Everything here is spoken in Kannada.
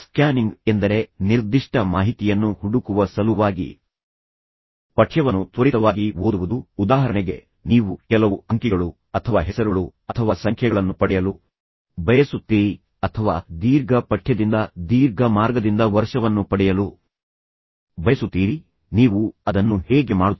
ಸ್ಕ್ಯಾನಿಂಗ್ ಎಂದರೆ ನಿರ್ದಿಷ್ಟ ಮಾಹಿತಿಯನ್ನು ಹುಡುಕುವ ಸಲುವಾಗಿ ಪಠ್ಯವನ್ನು ತ್ವರಿತವಾಗಿ ಓದುವುದು ಉದಾಹರಣೆಗೆ ನೀವು ಕೆಲವು ಅಂಕಿಗಳು ಅಥವಾ ಹೆಸರುಗಳು ಅಥವಾ ಸಂಖ್ಯೆಗಳನ್ನು ಪಡೆಯಲು ಬಯಸುತ್ತೀರಿ ಅಥವಾ ದೀರ್ಘ ಪಠ್ಯದಿಂದ ದೀರ್ಘ ಮಾರ್ಗದಿಂದ ವರ್ಷವನ್ನು ಪಡೆಯಲು ಬಯಸುತ್ತೀರಿ ನೀವು ಅದನ್ನು ಹೇಗೆ ಮಾಡುತ್ತೀರಿ